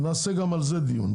נעשה גם על זה דיון.